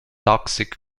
toxic